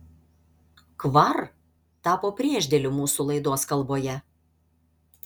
kvar tapo priešdėliu mūsų laidos kalboje